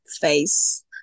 face